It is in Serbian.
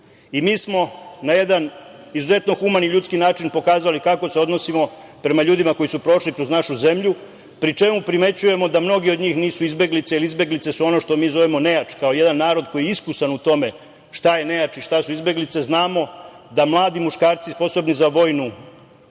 i mi smo na jedan izuzetno human i ljudski način pokazali kako se odnosimo prema ljudima koji su prošli kroz našu zemlju, pri čemu primećujemo da mnogi od njih nisu izbeglice, jer izbeglice su ono što mi zovemo nejač, kao jedan narod koji je iskusan u tome, šta je nejač i šta su izbeglice. Znamo da mladi muškarci, sposobni za vojnu